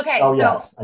Okay